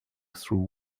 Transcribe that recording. through